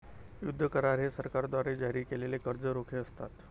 युद्ध करार हे सरकारद्वारे जारी केलेले कर्ज रोखे असतात